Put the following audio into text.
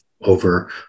over